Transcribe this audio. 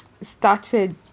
started